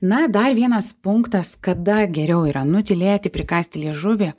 na dar vienas punktas kada geriau yra nutylėti prikąsti liežuvį